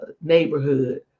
neighborhood